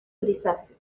grisáceo